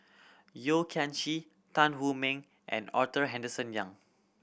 Yeo Kian Chye Tan Hu Meng and Arthur Henderson Young